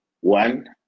one